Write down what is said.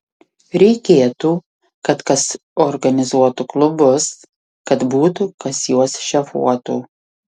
reikėtų kad kas organizuotų klubus kad būtų kas juos šefuotų